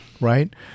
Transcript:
right